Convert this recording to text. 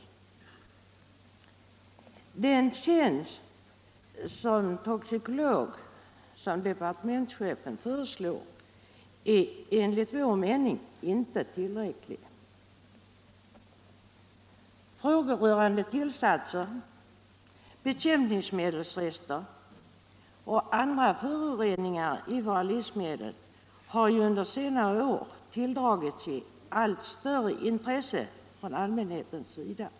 Den tjänst som toxikolog som departementschefen föreslår är enligt vår mening inte tillräcklig. Frågor rörande tillsatser, bekämpningsmedelsrester och andra föroreningar i våra livsmedel har under senare år tilldragit sig allt större intresse från allmänhetens sida.